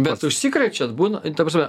bet užsikrečiat būna ta prasme